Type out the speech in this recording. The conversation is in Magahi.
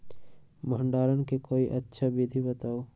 भंडारण के कोई अच्छा विधि बताउ?